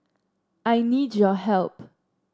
I need your help